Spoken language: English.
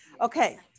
Okay